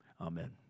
Amen